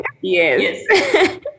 Yes